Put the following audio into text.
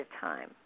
time